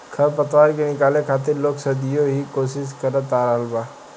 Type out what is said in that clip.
खर पतवार के निकाले खातिर लोग सदियों ही कोशिस करत आ रहल बा